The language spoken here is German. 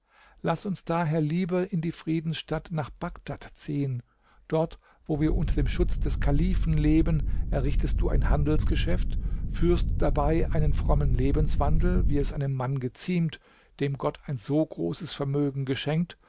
laß uns daher lieber in die friedensstadt nach bagdad ziehen dort wo wir unter dem schutz des kalifen leben errichtest du ein handelsgeschäft führst dabei einen frommen lebenswandel wie es einem mann ziemt dem gott ein so großes vermögen geschenkt